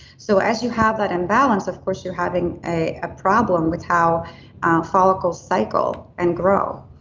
so as you have that imbalance, of course, you're having a problem with how follicles cycle and grow.